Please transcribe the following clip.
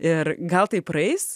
ir gal tai praeis